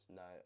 no